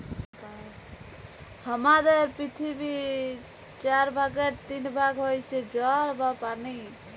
হামাদের পৃথিবীর চার ভাগের তিন ভাগ হইসে জল বা পানি